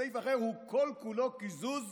הסעיף "אחר" הוא כל-כולו קיזוז